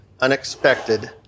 unexpected